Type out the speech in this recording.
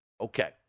Okay